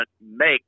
make